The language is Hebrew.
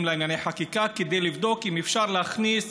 לענייני חקיקה כדי לבדוק אם אפשר להכניס